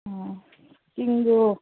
ꯑꯣ ꯆꯤꯡꯗꯨ